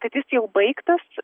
kad jis jau baigtas